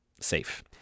safe